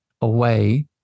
away